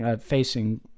facing